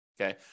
Okay